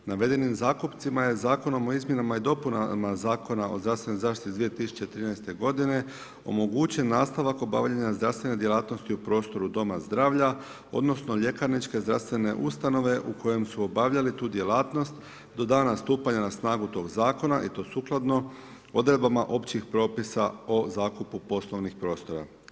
Navedenim zakupcima je Zakonom o izmjenama i dopunama Zakona o zdravstvenoj zaštiti iz 2013. godine omogućen nastavak obavljanja zdravstvene djelatnosti u prostoru doma zdravlja odnosno ljekarničke zdravstvene ustanove u kojem su obavljali tu djelatnost do dana stupanja na snagu tog zakona i to sukladno odredbama općih propisa o zakupu poslovnih prostora.